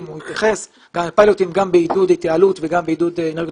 וגם בעידוד התייעלות וגם בעידוד אנרגיות